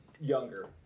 younger